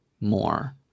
more